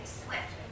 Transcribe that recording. swift